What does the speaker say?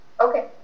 Okay